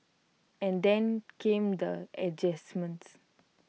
and then came the adjustments